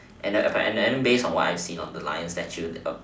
and then and then based on what I've seen on the lion statue of